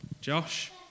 josh